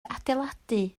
adeiladu